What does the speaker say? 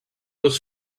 was